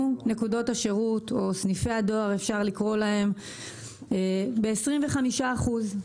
נקודות השירות או אפשר לקרוא להם סניפי הדואר ב-25 אחוזים.